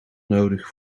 nodig